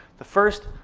the first,